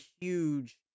huge